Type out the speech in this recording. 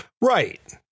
Right